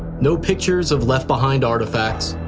no pictures of left-behind artifacts,